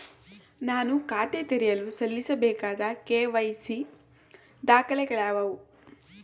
ನಾನು ಖಾತೆ ತೆರೆಯಲು ಸಲ್ಲಿಸಬೇಕಾದ ಕೆ.ವೈ.ಸಿ ದಾಖಲೆಗಳಾವವು?